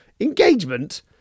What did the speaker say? Engagement